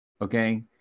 Okay